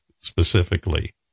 specifically